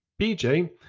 BJ